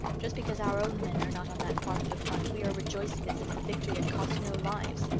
just because our own men are not on that part of the front we are rejoicing as if the victory had cost no lives.